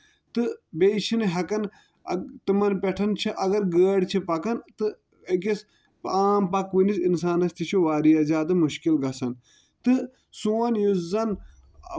تہٕ بیٚیہِ چھِ نہٕ ہٮ۪کان تِمن پٮ۪ٹھ چھٕ اَگر گٲڈۍ چھِ پَکان تہٕ أکِس عام پَکؤنِس اِنسانس تہِ چھُ واریاہ زیادٕ مُشکِل گژھان تہٕ سون یُس زَن